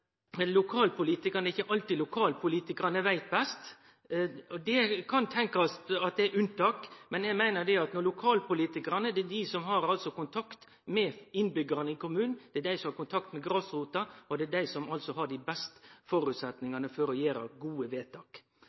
lokalpolitikarane ikkje alltid veit best. Det kan tenkast at det er unntak, men eg meiner at det er lokalpolitikarane som har kontakt med innbyggjarane i kommunen, det er dei som har kontakt med grasrota, og det er dei som har dei beste føresetnadene for å gjere gode vedtak.